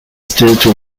state